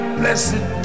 blessed